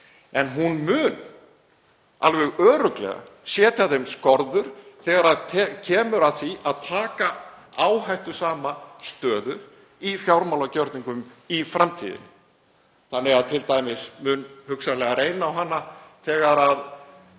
En hún mun alveg örugglega setja þeim skorður þegar kemur að því að taka áhættusama stöðu í fjármálagjörningum í framtíðinni, t.d. mun hugsanlega reyna á hana þegar